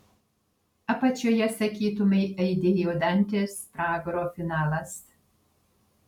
apačioje sakytumei aidėjo dantės pragaro finalas